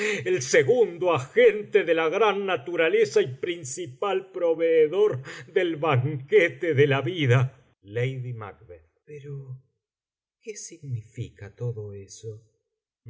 el segundo agente de la gran naturaleza y principal proveedor del banquete de la vida pero qué significa todo eso